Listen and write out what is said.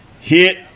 hit